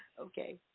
Okay